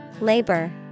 Labor